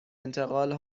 انتقال